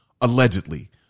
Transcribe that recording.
Allegedly